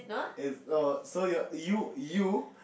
and orh so you you you